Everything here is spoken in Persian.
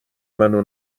منو